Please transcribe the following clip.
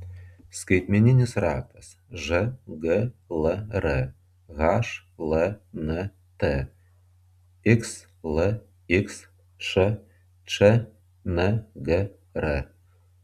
skaitmeninis raktas žglr hlnt xlxš čngr